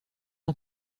ans